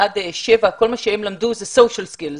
שבע וכל מה שהם למדו זה סוציאל סקילס.